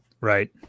Right